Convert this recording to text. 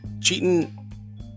cheating